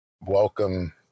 Welcome